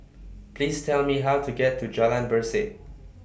Please Tell Me How to get to Jalan Berseh